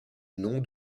nom